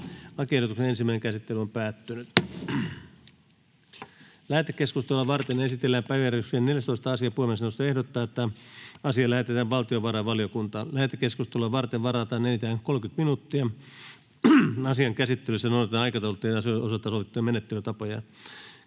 hallituksen esitykseen. Lähetekeskustelua varten esitellään päiväjärjestyksen 14. asia. Puhemiesneuvosto ehdottaa, että asia lähetetään valtiovarainvaliokuntaan. Lähetekeskusteluun varataan enintään 30 minuuttia. Asian käsittelyssä noudatetaan aikataulutettujen asioiden osalta sovittuja menettelytapoja.